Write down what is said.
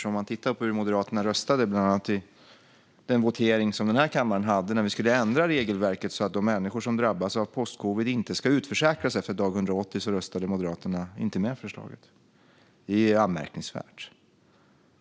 Om man tittar på hur Moderaterna röstade bland annat i den votering som vi hade i kammaren när vi skulle ändra regelverket, för att de människor som drabbas av postcovid inte ska utförsäkras efter dag 180, ser man att Moderaterna inte röstade ja till förslaget. Det är anmärkningsvärt.